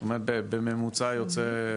זאת אומרת, בממוצע יוצא,